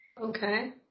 Okay